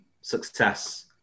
success